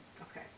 Okay